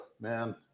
man